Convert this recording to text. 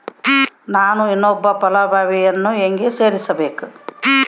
ನಾನು ಇನ್ನೊಬ್ಬ ಫಲಾನುಭವಿಯನ್ನು ಹೆಂಗ ಸೇರಿಸಬೇಕು?